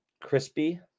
crispy